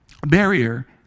barrier